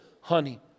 honey